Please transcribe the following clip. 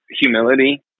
humility